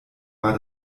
war